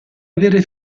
avere